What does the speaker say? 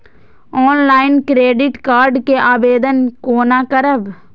Online credit card के आवेदन कोना करब?